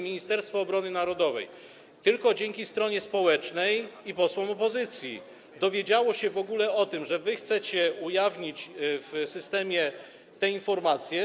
Ministerstwo Obrony Narodowej tylko dzięki stronie społecznej i posłom opozycji w ogóle dowiedziało się o tym, że wy chcecie ujawnić w systemie te informacje.